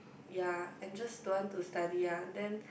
ya and just don't want to study ah then